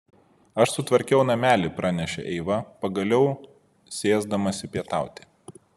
aš sutvarkiau namelį pranešė eiva pagaliau sėsdamasi pietauti